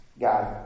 God